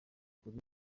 kure